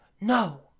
No